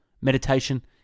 meditation